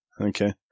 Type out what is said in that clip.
Okay